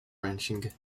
ranching